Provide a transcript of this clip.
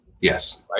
Yes